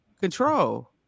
control